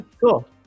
cool